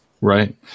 Right